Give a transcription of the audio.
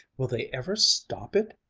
will they ever stop it!